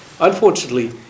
Unfortunately